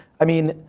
i mean,